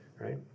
right